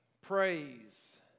Praise